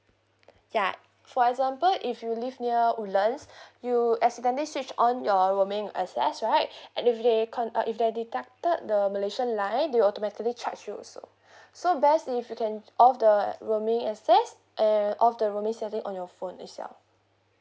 ya for example if you live near woodlands you accidentally switch on your roaming access right and if they con~ uh if they deducted the malaysian line they will automatically charge you also so best if you can off the roaming access and off the roaming setting on your phone itself